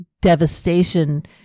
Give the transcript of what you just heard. devastation